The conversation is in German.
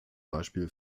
beispiel